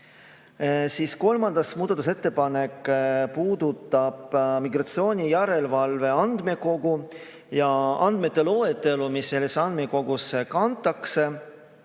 Kolmas muudatusettepanek puudutab migratsioonijärelevalve andmekogu ja andmete loetelu, mis sellesse andmekogusse kantakse.